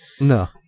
No